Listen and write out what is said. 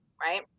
right